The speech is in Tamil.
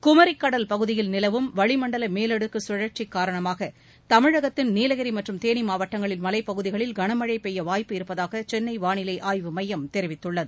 குமரிக்கடல் பகுதியில் நிலவும் வளிமண்டல மேலடுக்கு கழற்சி காரணமாக தமிழகத்தின் நீலகிரி மற்றும் தேனி மாவட்டங்களின் மலைப் பகுதிகளில் கனமனழ பெய்ய வாய்ப்பு இருப்பதாக சென்னை வானிலை ஆய்வு மையம் தெரிவித்துள்ளது